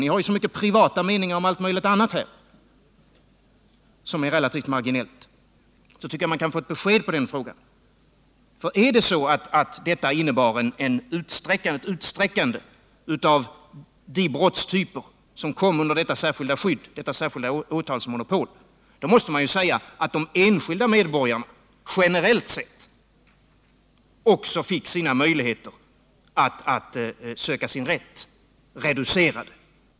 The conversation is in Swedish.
Ni har ju så mycket privata meningar om allt möjligt annat som är relativt marginellt i sammanhanget. Jag tycker att man borde kunna få ett besked. Innebar förändringarna ett utsträckande av de brottstyper som kom under detta särskilda åtalsmonopol, måste man säga att de enskilda medborgarna generellt sett också fick sina möjligheter att söka sin rätt reducerade.